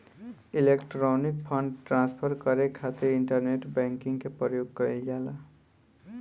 electronic fund transfer करे खातिर internet banking के प्रयोग कईल जाला